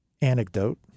anecdote